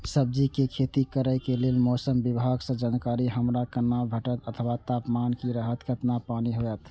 सब्जीके खेती करे के लेल मौसम विभाग सँ जानकारी हमरा केना भेटैत अथवा तापमान की रहैत केतना पानी होयत?